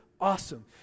awesome